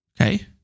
okay